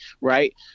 right